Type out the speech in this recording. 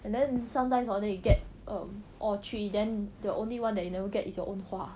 and then sometimes hor then you get all err three then the only [one] that you never get your own 花